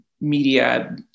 media